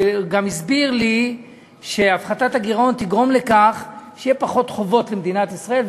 וגם הסביר לי שהפחתת הגירעון תגרום לכך שיהיו פחות חובות למדינת ישראל,